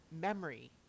memory